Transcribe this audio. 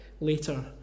later